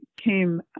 came